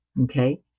Okay